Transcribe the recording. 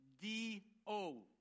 D-O